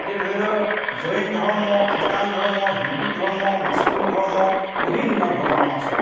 এতিয়া ধৰি লওক জৈন ধৰ্ম খ্ৰীষ্টান ধৰ্ম হিন্দু ধৰ্ম মুছলিম ধৰ্ম বিভিন্ন ধৰ্ম আছে